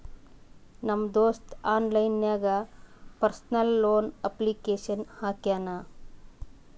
ನಮ್ ದೋಸ್ತ ಆನ್ಲೈನ್ ನಾಗೆ ಪರ್ಸನಲ್ ಲೋನ್ಗ್ ಅಪ್ಲಿಕೇಶನ್ ಹಾಕ್ಯಾನ್